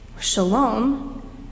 shalom